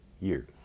year